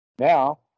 Now